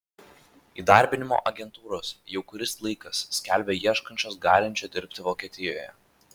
įdarbinimo agentūros jau kuris laikas skelbia ieškančios galinčių dirbti vokietijoje